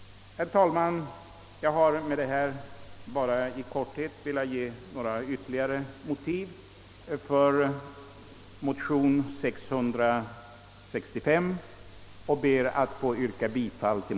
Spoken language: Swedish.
Med dessa ord har jag i korthet velat ge ytterligare motiv för vår motion, till vilken jag ber att få yrka bifall.